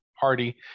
party